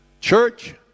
church